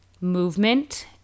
movement